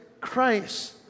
Christ